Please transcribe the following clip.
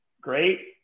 great